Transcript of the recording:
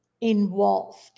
involved